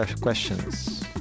questions